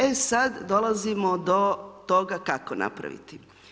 E sad dolazimo do toga kako napraviti.